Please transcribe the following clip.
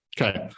okay